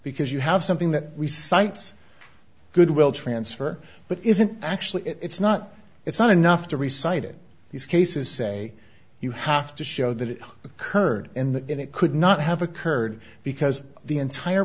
because you have something that we sites good will transfer but it isn't actually it's not it's not enough to reciting these cases say you have to show that it occurred and that it could not have occurred because the entire